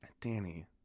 Danny